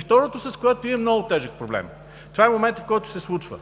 Второто, с което имам много тежък проблем – това е моментът, в който се случва.